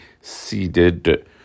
seeded